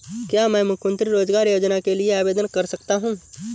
क्या मैं मुख्यमंत्री रोज़गार योजना के लिए आवेदन कर सकता हूँ?